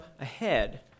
ahead